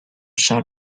sort